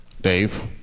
Dave